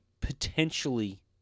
potentially